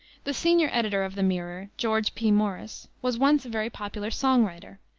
the senior editor of the mirror, george p. morris, was once a very popular song writer,